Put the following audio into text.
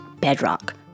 bedrock